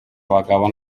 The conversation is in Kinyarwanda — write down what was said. abagabo